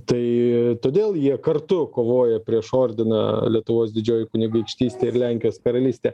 tai todėl jie kartu kovoja prieš ordiną lietuvos didžioji kunigaikštystė ir lenkijos karalystė